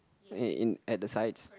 eh in at the sides